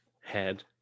head